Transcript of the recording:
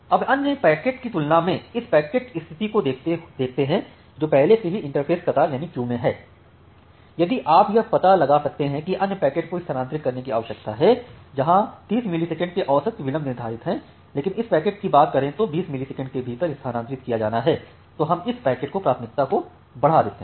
अब हम अन्य पैकेट की तुलना में इस पैकेट स्थिति को देखते हैं जो पहले से ही इंटरफ़ेस कतार में हैं यदि आप यह पता लगा सकते हैं कि अन्य पैकेट को स्थानांतरित करने की आवश्यकता है जहाँ 30 मिलीसेकंड के औसत विलंब निर्धारित है लेकिन इस पैकेट की बात करें तो 20 मिलीसेकंड के भीतर स्थानांतरित किया जाना है तो हम इस पैकेट की प्राथमिकता को बढ़ा देते हैं